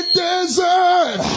desert